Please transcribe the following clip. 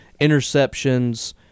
interceptions